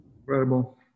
Incredible